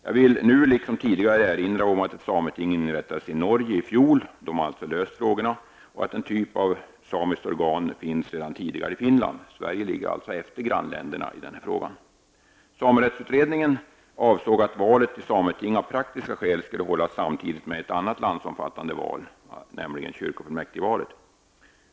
Jag vill nu liksom tidigare erinra om att ett sameting inrättades i Norge i fjol -- där man alltså har löst dessa frågor -- och att en typ av samiskt organ finns sedan tidigare i Finland. Sverige ligger alltså efter grannländerna i denna fråga.